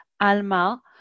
Alma